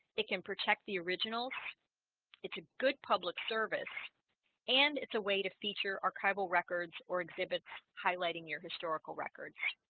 it can protect the original it's a good public service and it's a way to feature archival records or exhibits highlighting your historical records